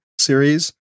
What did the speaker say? series